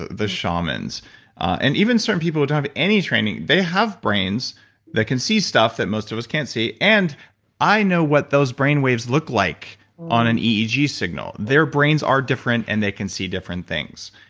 the shamans and even certain people who don't have any training, they have brains that can see stuff that most of us can't see and i know what those brainwaves look like on an eeg signal. their brains are different and they can see different things.